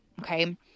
Okay